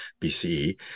BCE